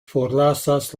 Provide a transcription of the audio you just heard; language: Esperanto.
forlasas